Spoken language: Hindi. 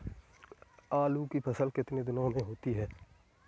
आलू की फसल कितने दिनों में होती है?